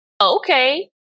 Okay